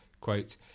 quote